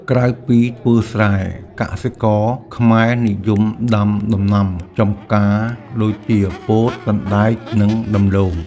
ក្រៅពីធ្វើស្រែ កសិករខ្មែរនិយមដាំដំណាំចម្ការដូចជា ពោត សណ្តែក និងដំឡូង។